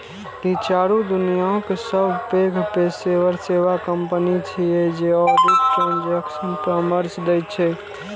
ई चारू दुनियाक सबसं पैघ पेशेवर सेवा कंपनी छियै जे ऑडिट, ट्रांजेक्शन परामर्श दै छै